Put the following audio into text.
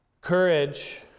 Courage